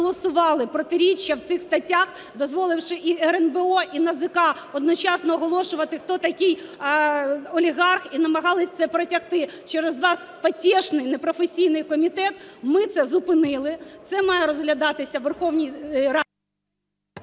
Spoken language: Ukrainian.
протиріччя в цих статтях, дозволивши і РНБО, і НАЗК одночасно оголошувати, хто такий олігарх, і намагалися це протягти через ваш потєшний, непрофесійний комітет, ми це зупинили. Це має розглядатися у Верховній Раді…